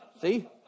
See